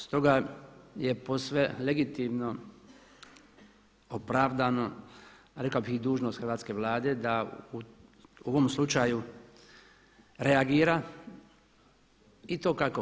Stoga je posve legitimno, opravdano, rekao bih i dužnost hrvatske Vlade da u ovom slučaju reagira i to kako?